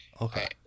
Okay